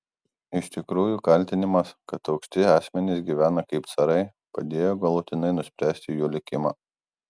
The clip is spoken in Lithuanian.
iš tikrųjų kaltinimas kad aukšti asmenys gyvena kaip carai padėjo galutinai nuspręsti jų likimą